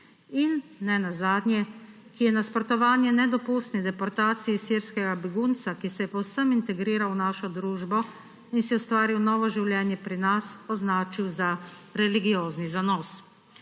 in nenazadnje, ki je nasprotovanje nedopustni deportaciji sirskega begunca, ki se je povsem integriral v našo družbo in si ustvaril novo življenje, pri nas označil za religiozni zanos.